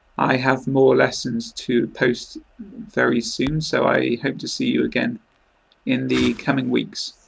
i have more lessons to post very soon so i hope to see you again in the coming weeks.